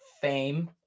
fame